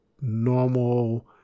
normal